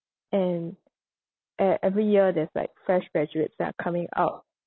and e~ every year there's like fresh graduates that are coming out